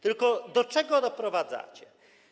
Tylko do czego doprowadzacie?